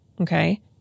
Okay